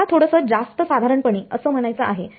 मला थोडसं जास्त साधारणपणे असं म्हणायचं आहे